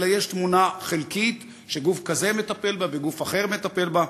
אלא יש תמונה חלקית וגוף כזה מטפל בה וגוף אחר מטפל בה.